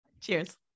Cheers